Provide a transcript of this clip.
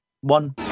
one